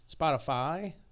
Spotify